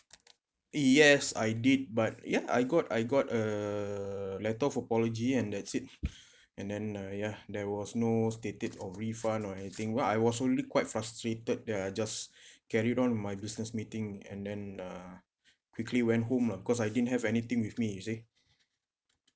yes I did but ya I got I got a letter of apology and that's it and then uh ya there was no stated on refund or anything ya I was already quite frustrated that I just carried on with my business meeting and then uh quickly went home ah because I didn't have anything with me you see